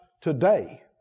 today